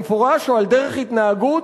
במפורש או על דרך התנהגות,